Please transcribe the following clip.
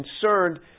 concerned